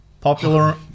popular